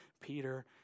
Peter